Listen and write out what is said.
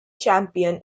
champion